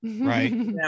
right